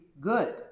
good